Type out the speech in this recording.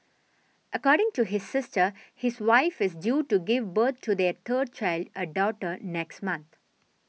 according to his sister his wife is due to give birth to their third child a daughter next month